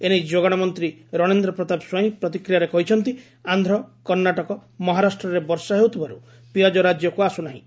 ଏ ନେଇ ଯୋଗାଣ ମନ୍ତୀ ରଣେନ୍ର ପ୍ରତାପ ସ୍ୱାଇଁ ପ୍ରତିକ୍ରିୟାରେ କହିଛନ୍ତି ଆନ୍ଧ କର୍ଷାଟକ ମହାରାଷ୍ଟରେ ବର୍ଷା ହେଉଥିବାରୁ ପିଆଜ ରାଜ୍ୟକୁ ଆସୁନାହିଁ